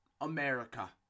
America